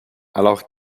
alors